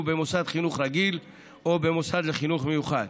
במוסד חינוך רגיל או במוסד לחינוך מיוחד.